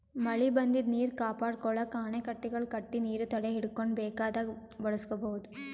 ಮಳಿ ಬಂದಿದ್ದ್ ನೀರ್ ಕಾಪಾಡ್ಕೊಳಕ್ಕ್ ಅಣೆಕಟ್ಟೆಗಳ್ ಕಟ್ಟಿ ನೀರ್ ತಡೆಹಿಡ್ಕೊಂಡ್ ಬೇಕಾದಾಗ್ ಬಳಸ್ಕೋಬಹುದ್